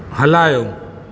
हलायो